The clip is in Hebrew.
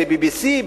ב-BBC?